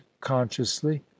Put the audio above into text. consciously